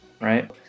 right